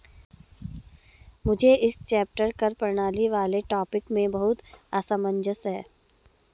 मुझे इस चैप्टर कर प्रणाली वाले टॉपिक में बहुत असमंजस है